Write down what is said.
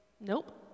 nope